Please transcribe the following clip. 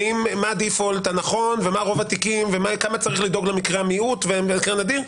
הדיפולט הנכון ומה רוב התיקים וכמה צריך לדאוג למקרה המיעוט ולמקרה נדיר.